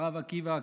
הרב עקיבא הכרמי,